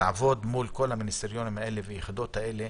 ותעבוד מול כל המיניסטריונים האלה והיחידות האלה